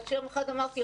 עד שיום אחד אמרתי,